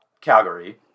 Calgary